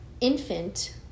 infant